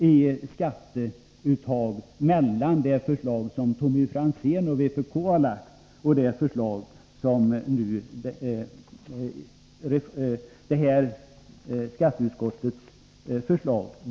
i skatteuttag mellan det förslag som Tommy Franzén och vpk har lagt fram och skatteutskottets förslag.